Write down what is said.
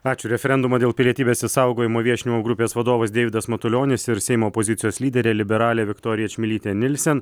ačiū referendumą dėl pilietybės išsaugojimo viešinimų grupės vadovas deividas matulionis ir seimo opozicijos lyderė liberalė viktorija čmilytė nilsen